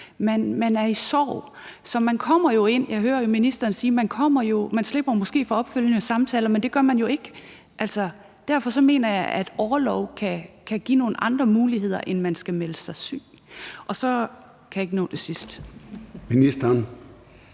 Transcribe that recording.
man er i sorg. Så man kommer jo ind. Jeg hører ministeren sige, at man måske slipper for opfølgende samtaler, men det gør man jo ikke. Derfor mener jeg, at orlov kan give nogle andre muligheder, end at man skal melde sig syg – og så kan jeg ikke nå det sidste, jeg